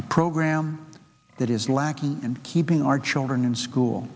a program that is lacking and keeping our children in school